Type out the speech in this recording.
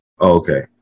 Okay